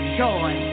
joy